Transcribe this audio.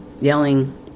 Yelling